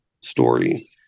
story